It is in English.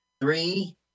Three